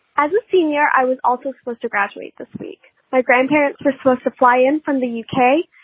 as a senior, i was also supposed to graduate this week. my grandparents were supposed to fly in from the u k.